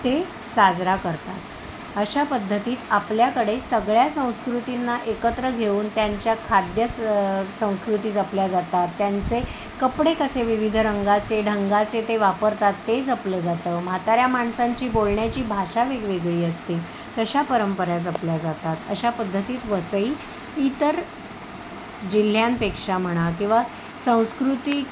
ते साजरा करतात अशा पद्धतीत आपल्याकडे सगळ्या संस्कृतींना एकत्र घेऊन त्यांच्या खाद्य स संस्कृती जपल्या जातात त्यांचे कपडे कसे विविध रंगाचे ढंगाचे ते वापरतात ते जपलं जातं म्हाताऱ्या माणसांची बोलण्याची भाषा वेगवेगळी असते अशा परंपऱ्या जपल्या जातात अशा पद्धतीत वसई इतर जिल्ह्यांपेक्षा म्हणा किंवा सांस्कृतिक